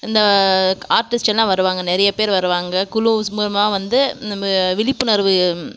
இந்த ஆர்ட்டிஸ்ட் எல்லாம் வருவாங்க நிறைய பேர் வருவாங்க குழுஸ் மூலமாக வந்து நம்ம விழிப்புணர்வு